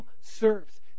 serves